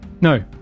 No